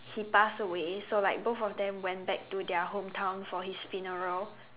he passed away so like both of them went back to their hometown for his funeral